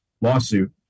lawsuit